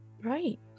Right